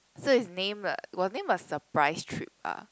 so it's named a was named a surprise trip lah